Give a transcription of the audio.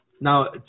Now